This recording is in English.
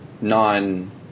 non